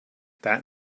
that